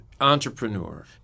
entrepreneur